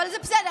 אבל זה בסדר.